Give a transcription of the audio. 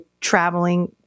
traveling